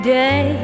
day